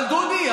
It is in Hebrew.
אבל דודי,